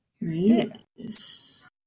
Yes